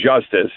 justice